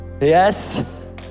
Yes